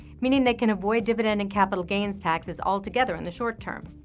meaning they can avoid dividend and capital gains taxes altogether in the short term.